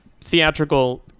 theatrical